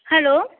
hello